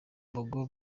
mboga